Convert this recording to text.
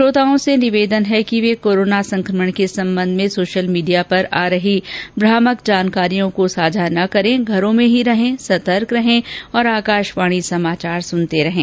श्रोताओं से निवेदन है कि वे कोरोना संकमण के संबंध में सोशल मीडिया पर आ रही भ्रामक जानकारियों को साझा न करें और घरों में ही रहें सतर्क रहें और आकाशवाणी समाचार सुनते रहें